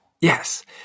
Yes